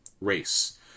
race